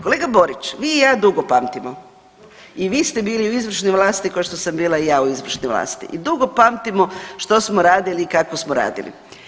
Kolega Borić, vi i ja dugo pamtimo i vi ste bili u izvršnoj vlasti košto sam bila i ja u izvršnoj vlasti i dugo pamtimo što smo radili i kako smo radili.